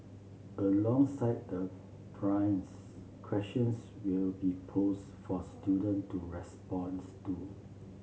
alongside the primers questions will be posed for student to responds to